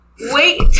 wait